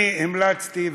אני המלצתי,